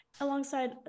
Alongside